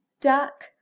Duck